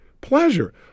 Pleasure